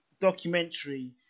documentary